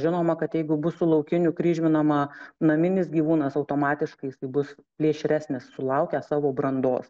žinoma kad jeigu bus su laukiniu kryžminama naminis gyvūnas automatiškai jisai bus plėšresnis sulaukęs savo brandos